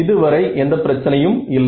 இது வரை எந்த பிரச்சனையும் இல்லை